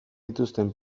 dituzten